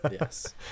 Yes